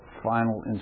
final